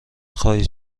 خواهید